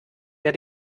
der